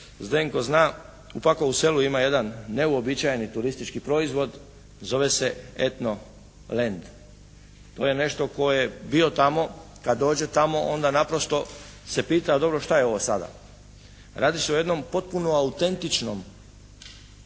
Zdenko zna, u Pakovu selu ima jedan neuobičajeni turistički proizvod. Zove se etno lend. To je nešto tko je bio tamo kad dođe tamo, onda naprosto se pita a dobro što je ovo sada. Radi se o jednom potpuno autentičnom ekološkom